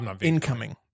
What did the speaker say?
incoming